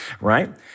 Right